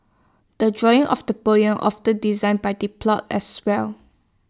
the drawing of the poem often designed by the plot as well